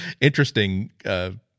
interesting